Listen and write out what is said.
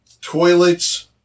toilets